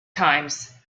times